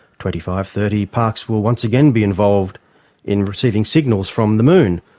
twenty five, thirty, parkes will once again be involved in receiving signals from the moon,